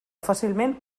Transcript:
fàcilment